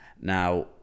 Now